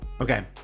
Okay